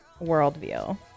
worldview